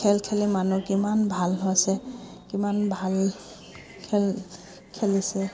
খেল খেলি মানুহ কিমান ভাল হৈছে কিমান ভাল খেল খেলিছে